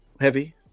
heavy